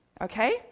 okay